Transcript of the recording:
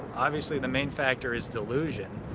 obviously, the main factor is delusion.